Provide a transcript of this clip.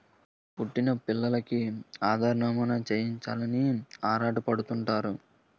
పుట్టిన పిల్లోలికి ఆధార్ నమోదు చేయించాలని ఆరాటపడుతుంటారు